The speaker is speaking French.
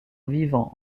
vivant